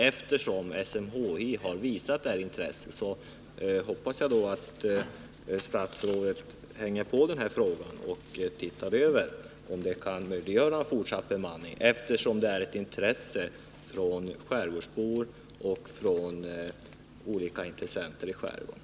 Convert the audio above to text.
Eftersom SMHI har visat intresse hoppas jag alltså att statsrådet hänger på i det här ärendet och ser över om det kan möjliggöra fortsatt bemanning. Det är nämligen av intresse för både skärgårdsbor och andra i skärgården att lösa den här frågan.